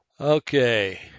Okay